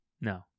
no